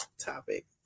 topic